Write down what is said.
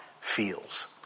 feels